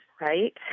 right